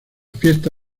fiesta